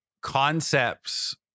concepts